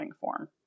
form